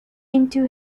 into